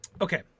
okay